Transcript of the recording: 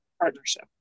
partnership